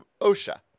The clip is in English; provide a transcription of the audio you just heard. OSHA